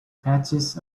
patches